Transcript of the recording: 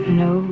no